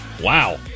Wow